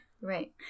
Right